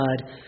God